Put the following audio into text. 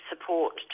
support